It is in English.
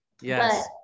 Yes